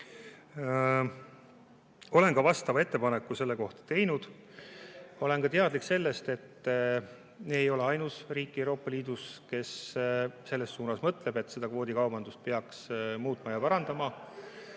Olen ka vastava ettepaneku selle kohta teinud. Olen ka teadlik sellest, et me ei ole ainus riik Euroopa Liidus, kes selles suunas mõtleb, et seda kvoodikaubandust peaks muutma ja parandama.